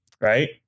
right